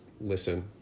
listen